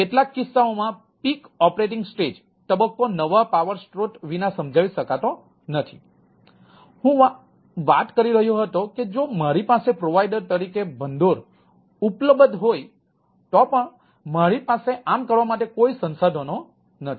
કેટલાક કિસ્સાઓમાં peak operating stage તરીકે ભંડોળ ઉપલબ્ધ હોય હોય તો પણ મારી પાસે આમ કરવા માટે કોઈ સંસાધનો નથી